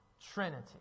Trinity